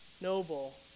noble